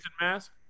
mask